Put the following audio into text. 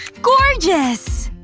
gorgeous!